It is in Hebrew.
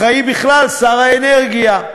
אחראי בכלל שר האנרגיה.